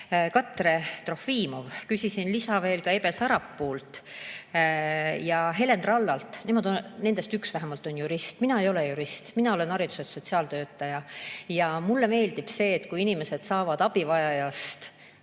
Katre Trofimov, küsisin lisa veel Ebe Sarapuult ja Helen Trallalt, nendest üks vähemalt on jurist. Mina ei ole jurist, mina olen hariduselt sotsiaaltöötaja. Mulle meeldib see, kui inimesed saavad abivajajast